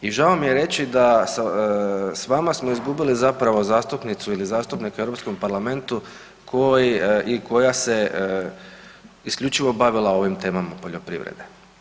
I žao mi je reći s vama smo izgubili zapravo zastupnicu ili zastupnika u Europskom parlamentu koja se isključivo bavila ovim temama poljoprivrede.